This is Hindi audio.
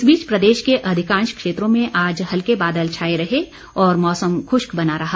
इस बीच प्रदेश के अधिकांश क्षेत्रों में आज हल्के बादल छाए रहे और मौसम खुश्क बना रहा